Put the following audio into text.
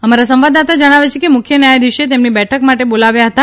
અમારા સંવાદદાતા જણાવે છે કે મુખ્ય ન્યાયાધીશે તેમને બેઠક માટે બોલાવ્યા હતા